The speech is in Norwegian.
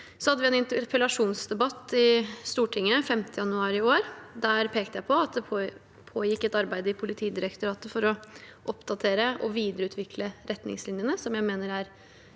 Vi hadde en interpellasjonsdebatt i Stortinget den 5. januar i år. Der pekte jeg på at det pågikk et arbeid i Politidirektoratet for å oppdatere og videreutvikle retningslinjene, som jeg mener er